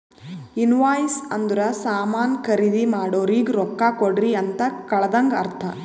invoice ಅಂದುರ್ ಸಾಮಾನ್ ಖರ್ದಿ ಮಾಡೋರಿಗ ರೊಕ್ಕಾ ಕೊಡ್ರಿ ಅಂತ್ ಕಳದಂಗ ಅರ್ಥ